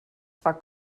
zwar